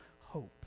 hope